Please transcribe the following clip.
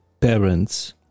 parents